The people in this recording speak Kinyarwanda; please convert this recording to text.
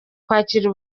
kwakira